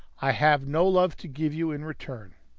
i have no love to give you in return.